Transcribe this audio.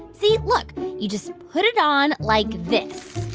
see? look you just put it on like this